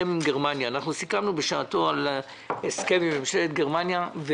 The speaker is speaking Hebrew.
סיכמנו בשעתו על הסכם עם ממשלת גרמניה.